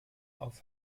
auf